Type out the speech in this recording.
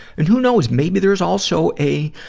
and who knows? maybe there's also a,